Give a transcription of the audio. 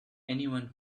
anyone